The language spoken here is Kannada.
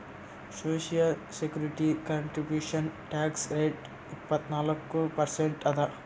social security contribution tax rate ಇಪ್ಪತ್ನಾಲ್ಕು ಪರ್ಸೆಂಟ್ ಅದ